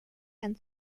and